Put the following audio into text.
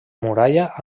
muralla